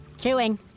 Chewing